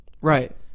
right